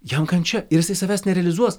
jam kančia ir jisai savęs nerealizuos